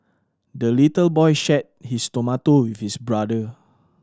the little boy shared his tomato his brother